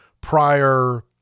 prior